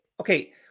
Okay